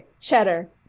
cheddar